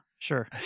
sure